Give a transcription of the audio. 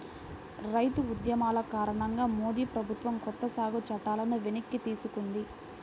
రైతు ఉద్యమాల కారణంగా మోడీ ప్రభుత్వం కొత్త సాగు చట్టాలను వెనక్కి తీసుకుంది